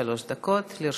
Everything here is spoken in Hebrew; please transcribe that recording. שלוש דקות לרשותך.